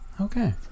Okay